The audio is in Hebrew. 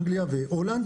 אנגליה והולנד,